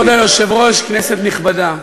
כבוד היושב-ראש, כנסת נכבדה,